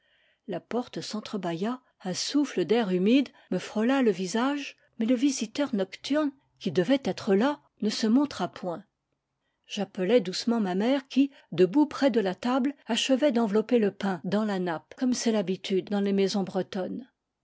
la porte sentre bâilla un souffle d'air humide me frôla le visage mais le visiteur nocturne qui devait être là ne se montra point j'appelai doucement ma mère qui de bout près de la table achevait d'envelopper le pain dans la nappe comme c'est l'habitude dans les maisons bretonnes